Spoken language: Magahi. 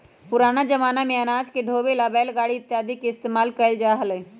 पुराना जमाना में अनाज के ढोवे ला बैलगाड़ी इत्यादि के इस्तेमाल कइल जा हलय